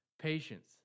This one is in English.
Patience